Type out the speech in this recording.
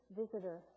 visitor